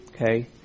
Okay